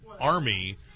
army